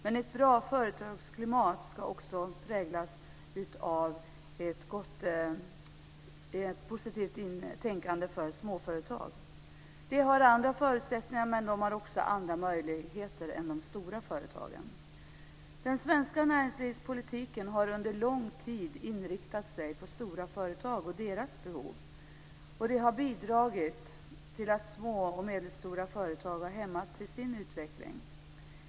Men ett bra företagsklimat ska också präglas av ett positivt tänkande för småföretag. De har andra förutsättningar, men de har också andra möjligheter än de stora företagen. Den svenska näringslivspolitiken har under lång tid inriktat sig på stora företag och deras behov. Det har bidragit till att små och medelstora företag har hämmats i sin utveckling.